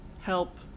help